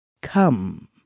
Come